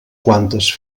quantes